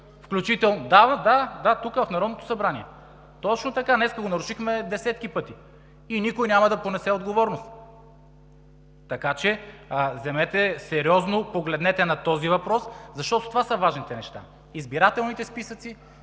СВИЛЕНСКИ: Да, да, тук, в Народното събрание. Точно така, днес го нарушихме десетки пъти. И никой няма да понесе отговорност. Така че сериозно погледнете на този въпрос, защото това са важните неща: избирателните списъци,